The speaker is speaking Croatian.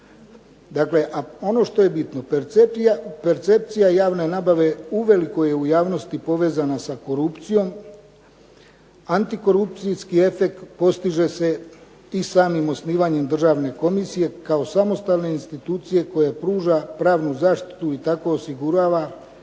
dakle a ono što je bitno percepcija javne nabave uvelike je u javnosti povezana sa korupcijom, antikorupcijski efekt postiže se i samim osnivanjem državne komisije kao samostalne institucije koja pruža pravnu zaštitu i tako osigurava